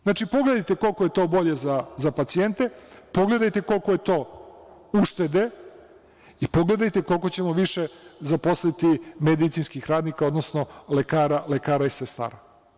Znači, pogledajte koliko je to bolje za pacijente, pogledajte koliko je to uštede i pogledajte koliko ćemo više zaposliti medicinskih radnika, odnosno lekara i sestara.